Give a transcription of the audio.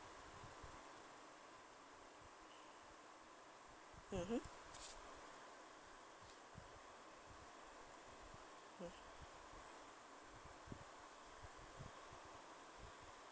mmhmm mm